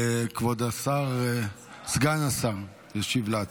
כבוד סגן השר ישיב על ההצעה.